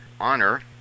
honor